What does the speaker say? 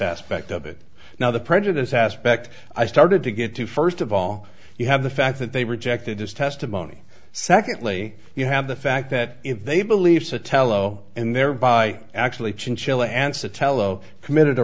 aspect of it now the prejudice aspect i started to get to first of all you have the fact that they rejected his testimony secondly you have the fact that if they believed the telo and thereby actually chinchilla ansa tello committed a